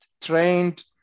trained